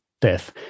death